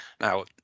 Now